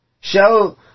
Show